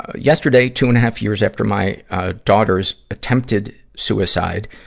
yesterday, two and a half years after my daughter's attempted suicide,